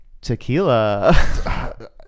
tequila